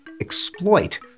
exploit